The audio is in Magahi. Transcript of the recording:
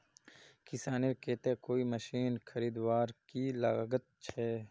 किसानेर केते कोई मशीन खरीदवार की लागत छे?